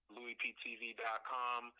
LouisPTV.com